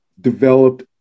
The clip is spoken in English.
developed